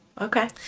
Okay